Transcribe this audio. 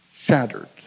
Shattered